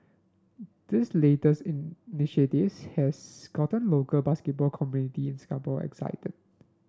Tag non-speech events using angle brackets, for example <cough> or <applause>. this latest <unintelligible> has gotten local basketball community in Singapore excited